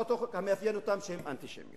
והצעות החוק, המאפיין אותן שהן אנטישמיות.